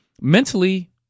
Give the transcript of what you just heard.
mentally